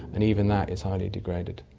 and even that is high degraded.